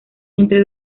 entre